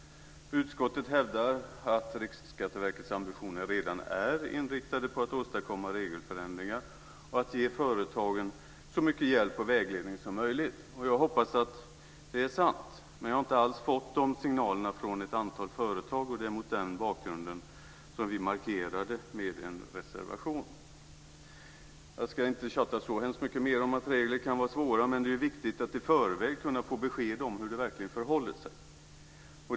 Utskottet hävdar att Riksskatteverkets ambitioner redan är inriktade på att åstadkomma regelförändringar och att ge företagen så mycket hjälp och vägledning som möjligt. Jag hoppas att det är sant. Jag har inte fått några sådana signaler från ett antal företag, och det är mot den bakgrunden som vi markerar med en reservation. Jag ska inte tjata så hemskt mycket mer om att regler kan vara svåra att hantera, men det är viktigt att i förväg kunna få besked om hur det verkligen förhåller sig.